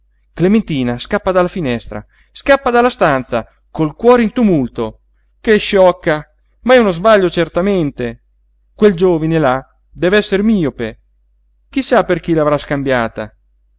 clementina scappa dalla finestra scappa dalla stanza col cuore in tumulto che sciocca ma è uno sbaglio certamente quel giovine là dev'esser miope chi sa per chi l'avrà scambiata